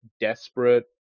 desperate